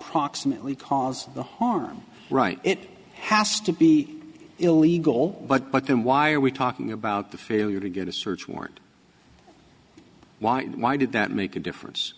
proximately caused the harm right it has to be illegal but but then why are we talking about the failure to get a search warrant why and why did that make a difference